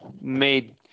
made